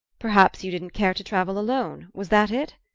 perhaps you didn't care to travel alone? was that it?